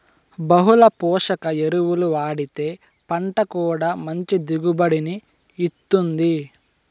బహుళ పోషక ఎరువులు వాడితే పంట కూడా మంచి దిగుబడిని ఇత్తుంది